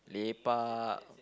lepak